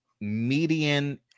median